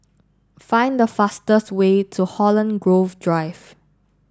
find the fastest way to Holland Grove Drive